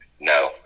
No